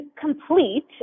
complete